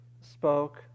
spoke